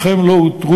אך הם לא אותרו.